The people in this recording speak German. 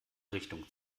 richtung